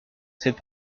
cette